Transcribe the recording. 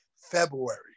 February